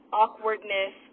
awkwardness